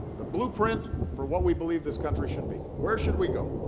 the blueprint for what we believe this country should be where should we go?